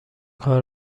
کار